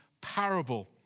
parable